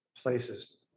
places